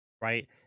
right